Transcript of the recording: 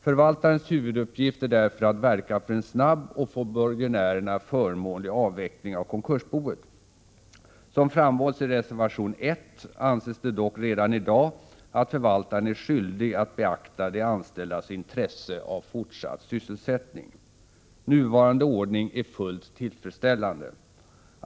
Förvaltarens huvuduppgift är därför att verka för en snabb och för borgenärerna förmånlig avveckling av konkursboet. Som framhålls i reservation 1 anses det dock redan i dag att förvaltaren är skyldig att beakta de anställdas intresse av fortsatt sysselsättning. Nuvarande ordning är fullt tillfredsställande.